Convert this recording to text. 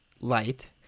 light